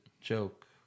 joke